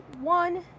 one